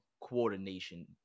coordination